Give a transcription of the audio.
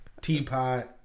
Teapot